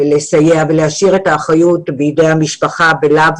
לסייע ולהשאיר את האחריות בידי המשפחה ולאו